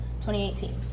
2018